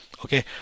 okay